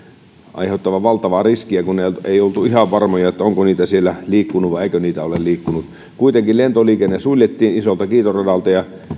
aiheuttavan valtavaa riskiä kun ei oltu ihan varmoja onko niitä siellä liikkunut vai eikö niitä ole liikkunut kuitenkin lentoliikenne suljettiin isolta kiitoradalta ja